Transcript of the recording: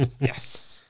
Yes